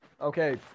Okay